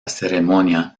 ceremonia